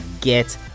get